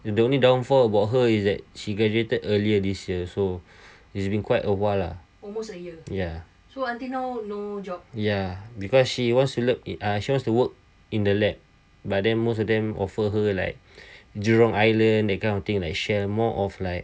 the only downfall about her is that she graduated earlier this year so it's been quite a while lah ya ya because she was look she wants to work in the lab but then most of them offer her like jurong island that kind of thing that share more of like